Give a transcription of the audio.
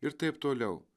ir taip toliau